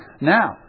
Now